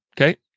Okay